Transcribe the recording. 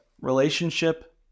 relationship